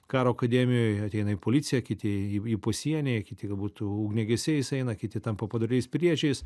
karo akademijoj ateina į policiją kiti į pusienį kiti galbūt ugniagesiais eina kiti tampa padoriais piliečiais